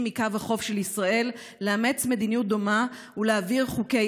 מקו החוף של ישראל לאמץ מדיניות דומה ולהעביר חוקי